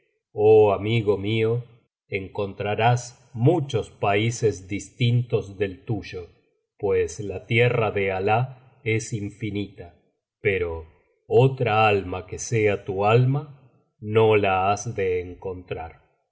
oh amigo mió encontrarás muchos países distintos del tuyo pues la tierra de alah es infinita pero otra alma que sea tu alma no la has de encontrar